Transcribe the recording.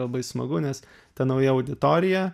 labai smagu nes ta nauja auditorija